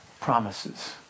promises